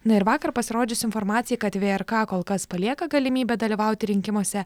na ir vakar pasirodžius informacijai kad vrk kol kas palieka galimybę dalyvauti rinkimuose